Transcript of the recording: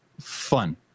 fun